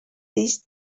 these